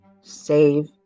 Save